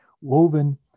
woven